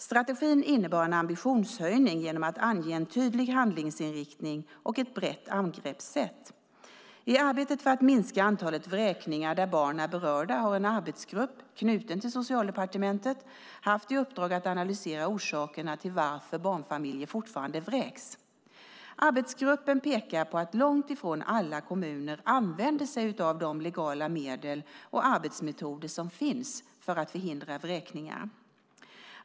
Strategin innebar en ambitionshöjning genom att ange en tydlig handlingsinriktning och ett brett angreppssätt. I arbetet för att minska antalet vräkningar där barn är berörda har en arbetsgrupp, knuten till Socialdepartementet, haft i uppdrag att analysera orsakerna till att barnfamiljer fortfarande vräks. Arbetsgruppen pekar på att långt ifrån alla kommuner använder sig av de legala medel och arbetsmetoder som finns för att förhindra vräkningar.